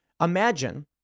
Imagine